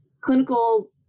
clinical